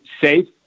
safe